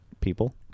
People